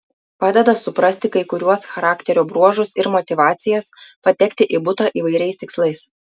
padeda suprasti kai kuriuos charakterio bruožus ir motyvacijas patekti į butą įvairiais tikslais